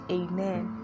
amen